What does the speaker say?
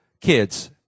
kids